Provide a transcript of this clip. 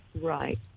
Right